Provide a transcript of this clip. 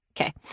Okay